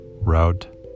route